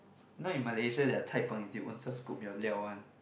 you know in Malaysia their Cai-png is you own self scoop your 料 one